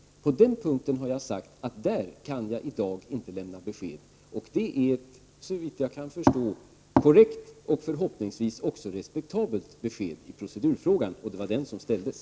På den punkten har jag sagt att jag i dag inte kan ge något besked. Det är såvitt jag kan förstå ett korrekt och förhoppningsvis också respektabelt svar i den procedurfråga som har aktualiserats.